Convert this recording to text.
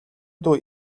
дуу